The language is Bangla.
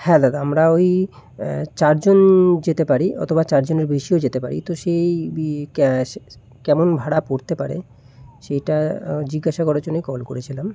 হ্যাঁ দাদা আমরা ওই চারজন যেতে পারি অথবা চারজনের বেশিও যেতে পারি তো সেই ক্যাস কেমন ভাড়া পড়তে পারে সেটা জিজ্ঞাসা করার জন্যই কল করেছিলাম